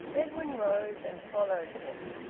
edwin rose and followed him.